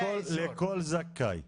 לכל זכאי.